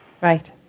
Right